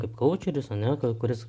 kaip kaučeris ane k kuris